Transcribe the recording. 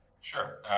Sure